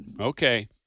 Okay